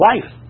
life